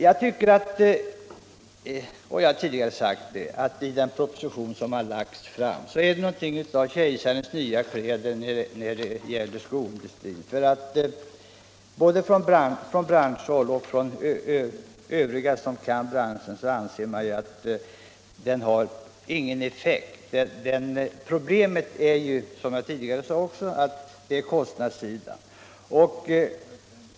Jag har tidigare sagt att förslaget i den proposition som har lagts fram är något av kejsarens nya kläder när det gäller skoindustrin. Både från branschhåll och bland övriga som kan branschen anser man att det inte har något effekt. Problemet ligger ju, som jag också sagt förut, på kostnadssidan.